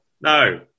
No